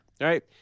right